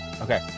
Okay